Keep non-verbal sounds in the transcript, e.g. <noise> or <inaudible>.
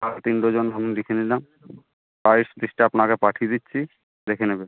আরও তিন ডজন আমি লিখে নিলাম <unintelligible> লিস্টটা আপনাকে পাঠিয়ে দিচ্ছি দেখে নেবেন